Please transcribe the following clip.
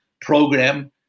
program